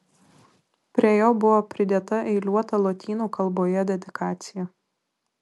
prie jo buvo pridėta eiliuota lotynų kalboje dedikacija